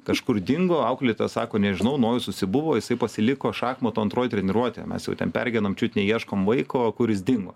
kažkur dingo auklėtojos sako nežinau nojus užsibuvo jisai pasiliko šachmatų antrojoj treniruotėj mes jau ten pergyvenam čiut neieškom vaiko kuris dingo